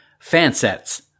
Fansets